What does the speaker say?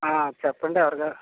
చెప్పండి ఎవరిదో